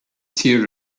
tír